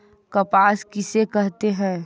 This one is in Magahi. कपास किसे कहते हैं?